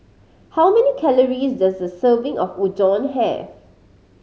how many calories does a serving of Udon have